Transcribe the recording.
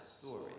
story